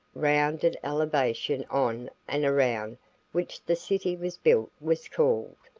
rounded elevation on and around which the city was built was called.